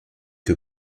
que